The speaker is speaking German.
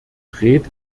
rät